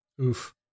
Oof